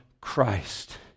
Christ